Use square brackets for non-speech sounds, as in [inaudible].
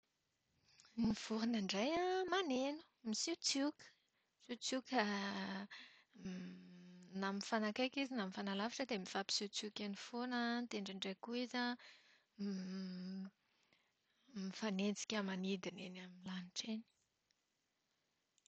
Ny vorona indray an, maneno, misiotsioka. Misiotsioka na mifanakaiky izy na mifanalavitra dia mifampisiotsioka eny foana an. Dia indraindray koa izy an [hesitation] mifanenjika manidina eny amin'ny lanitra eny.